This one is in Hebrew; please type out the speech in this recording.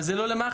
אבל זה לא למח"ש.